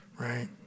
right